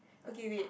okay wait